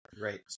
right